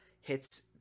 hits